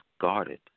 guarded